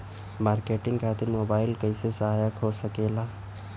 Marketing खातिर mobile कइसे सहायक हो सकेला?